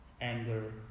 anger